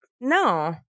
No